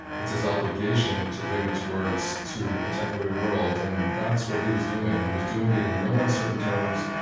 it's his obligation to bring its words to the contemporary world and that's what he was doing, and he was doing it in no uncertain terms,